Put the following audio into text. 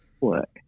work